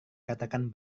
katakan